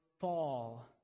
fall